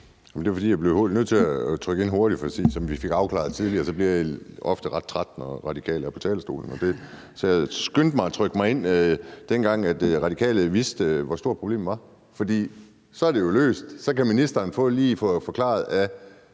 Andersen (NB): Jeg blev nødt til at trykke ind hurtigt, for som vi fik afklaret tidligere, bliver jeg ofte ret træt, når Radikale er på talerstolen. Så jeg skyndte mig at trykke mig ind, dengang Radikale vidste, hvor stort problemet var. For så er det jo løst, og så kan ministeren lige få forklaret af